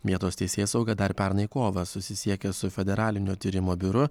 vietos teisėsauga dar pernai kovą susisiekė su federaliniu tyrimų biuru